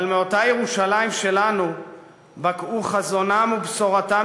אבל מאותה ירושלים שלנו בקעו חזונם ובשורתם